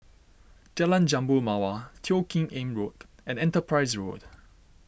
Jalan Jambu Mawar Teo Kim Eng Road and Enterprise Road